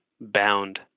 bound